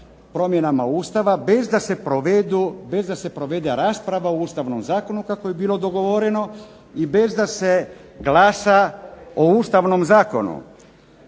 promjenama Ustava, bez da se provede rasprava o ustavnom zakonu kako je bilo dogovoreno i bez da se glasa o ustavnom zakonu.